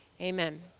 Amen